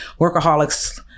workaholics